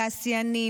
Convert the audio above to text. תעשיינים,